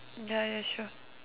ya ya sure